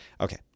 Okay